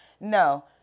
no